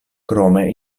krome